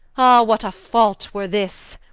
ah what a fault were this.